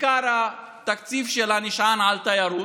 עיקר התקציב שלה נשען על תיירות,